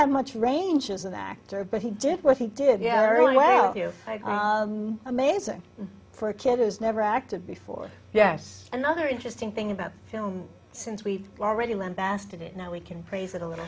have much range as an actor but he did what he did yeah really well you amazing for a kid who's never acted before yes another interesting thing about film since we've already lambasted it now we can praise it a little